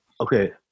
Okay